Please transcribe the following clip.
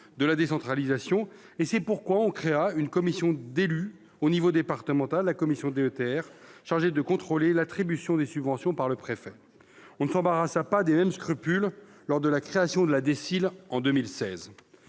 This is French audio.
de la décentralisation. C'est pourquoi on créa une commission départementale d'élus, la commission DETR, chargée de contrôler l'attribution des subventions par le préfet. On ne s'embarrassa pas des mêmes scrupules en 2016, lors de la création de la dotation de